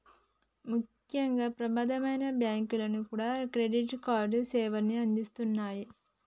ముఖ్యంగా ప్రమాదమైనా బ్యేంకులన్నీ కూడా క్రెడిట్ కార్డు సేవల్ని అందిత్తన్నాయి